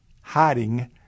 hiding